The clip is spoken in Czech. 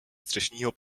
střešního